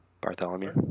Bartholomew